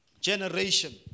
generation